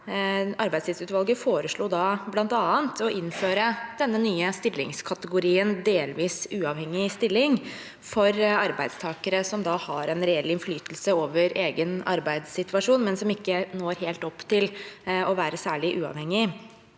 Arbeidstidsutvalget foreslo da bl.a. å innføre den nye stillingskategorien «delvis uavhengig stilling» for arbeidstakere. Man har da en reell innflytelse over egen arbeidssituasjon, men når ikke helt opp til å være «særlig uavhengig».